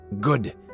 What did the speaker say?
good